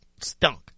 Stunk